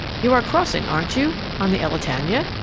you are crossing, aren't you, on the elletania?